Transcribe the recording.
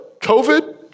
COVID